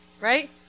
right